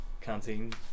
canteen